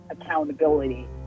accountability